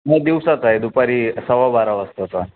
मग दिवसाचा आहे दुपारी सव्वा बारा वाजताचा